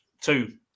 two